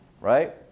right